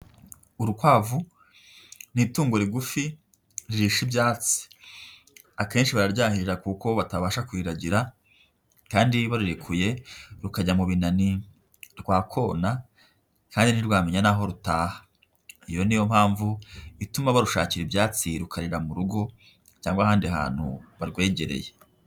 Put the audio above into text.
Urukwavu ni itungo rigufi ririsha ibyatsi, akenshi bararyahira kuko batabasha kuriragira kandi barurekuye rukajya mu binani rwakona kandi ntirwamenya n'aho rutaha, iyo ni yo mpamvu ituma barushakira ibyatsi rukarira mu rugo cyangwa ahandi hantu barwegereye.